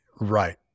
Right